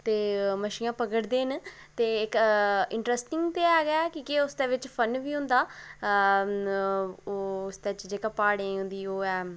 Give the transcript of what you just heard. ते मच्छियां पकड़दे न ते कन्नै इंटरेस्टिंग ते ऐ गै उसदे बिच फन बी होंदा उसदे च जेह्का प्हाड़ें दी ओह् ऐ